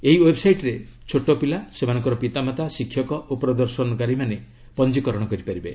ଏହି ୱେବ୍ସାଇଟ୍ରେ ଛୋଟପିଲା ସେମାନଙ୍କର ପିତାମାତା ଶିକ୍ଷକ ଓ ପ୍ରଦର୍ଶନକାରୀମାନେ ପଞ୍ଜିକରଣ କରିପାରିବେ